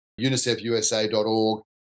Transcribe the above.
unicefusa.org